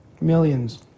Millions